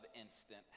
instant